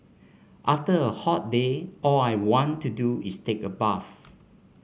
after a hot day all I want to do is take a bath